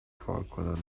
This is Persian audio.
کارکنان